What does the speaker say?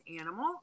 animal